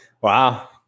Wow